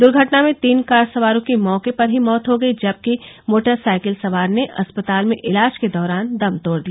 दुर्घटना में तीन कार सवारों की मौके पर ही मौत हो गयी जबकि मोटरसाइकिल सवार ने अस्पताल में इलाज के दौरान दम तोड़ दिया